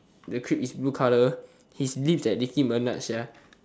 the crib is blue colour his lips like Nicki Minaj sia